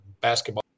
basketball